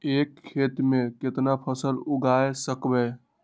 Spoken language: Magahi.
एक खेत मे केतना फसल उगाय सकबै?